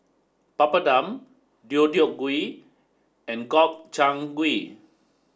Papadum Deodeok gui and Gobchang gui